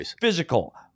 Physical